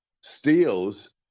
steals